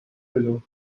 below